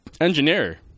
engineer